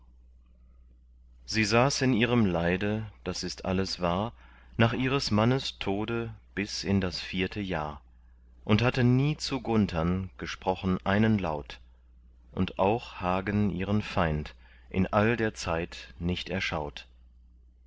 sie saß in ihrem leide das ist alles wahr nach ihres mannes tode bis in das vierte jahr und hatte nie zu gunthern gesprochen einen laut und auch hagen ihren feind in all der zeit nicht erschaut